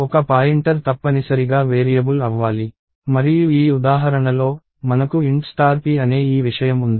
ఒక పాయింటర్ తప్పనిసరిగా వేరియబుల్ అవ్వాలి మరియు ఈ ఉదాహరణలో మనకు int స్టార్ pint p అనే ఈ విషయం ఉంది